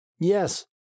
Yes